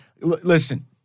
Listen